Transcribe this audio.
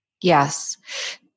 Yes